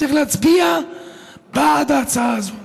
צריך להצביע בעד ההצעה הזו.